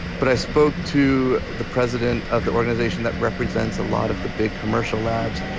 but i spoke to the president of the organization that represents a lot of the big commercial labs.